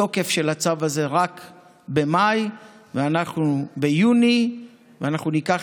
התוקף של הצו הזה רק ממאיץ אנחנו ביוני ואנחנו ניקח